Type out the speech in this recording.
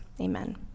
amen